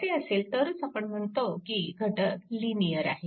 असे असेल तरच आपण म्हणतो की घटक लिनिअर आहे